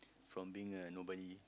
from being a nobody